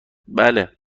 بله